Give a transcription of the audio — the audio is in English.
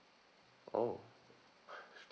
oh